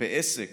בעסק